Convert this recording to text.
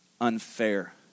unfair